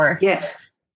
Yes